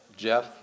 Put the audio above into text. Jeff